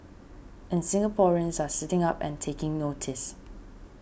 and Singaporeans are sitting up and taking notice